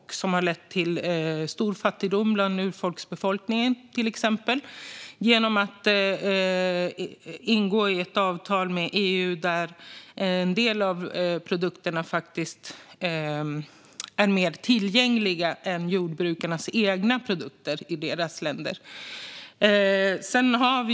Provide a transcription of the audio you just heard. Detta har lett till stor fattigdom bland urfolk, till exempel, genom avtal som är ingångna med EU där en del av produkterna faktiskt är mer tillgängliga än jordbrukarnas egna produkter i deras länder.